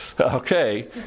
okay